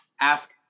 ask